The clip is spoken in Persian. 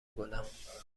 گلم